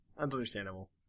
understandable